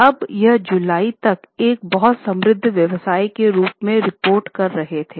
अब यह जुलाई तक एक बहुत समृद्ध व्यवसाय के रूप में रिपोर्ट कर रहे थे